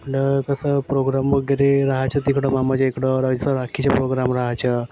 आपलं कसं प्रोग्राम वगैरे राहायचं तिकडं मामाच्या इकडं राहायचं राखीचं प्रोग्राम राहायचं